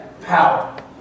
power